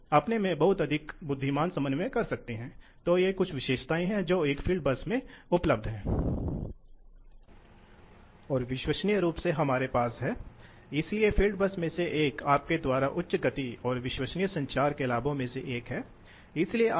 इसलिए यदि रोटेशन की गति को बदल दिया जाता है तो फिर यह विशेषता ऊपर और नीचे स्थानांतरित हो जाएगी वास्तव में आपको कम गति के साथ विशेषताओं का एक परिवार मिलेगा सही